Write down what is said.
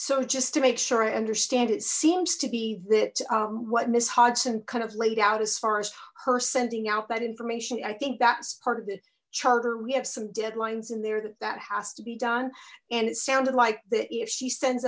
so just to make sure i understand it seems to be that what miss hudson kind of laid out as far as her sending out that information i think that's part of the charter we have some deadlines in there that that has to be done and it sounded like that if she sends